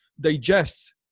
digest